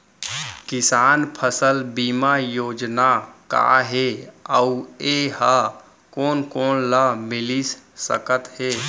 किसान फसल बीमा योजना का हे अऊ ए हा कोन कोन ला मिलिस सकत हे?